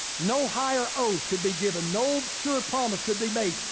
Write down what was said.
no higher oath could be given. no sure promise could be made,